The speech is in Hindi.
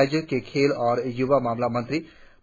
राज्य के खेल और य्वा मामला मंत्री